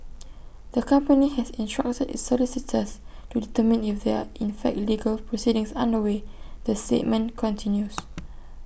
the company has instructed its solicitors to determine if there are in fact legal proceedings underway the statement continues